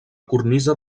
cornisa